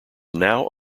now